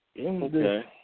Okay